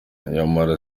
nyamara